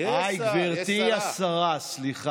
אני מזמין לסכם את השרה עומר ינקלביץ', בבקשה.